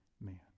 man